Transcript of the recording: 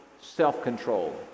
self-control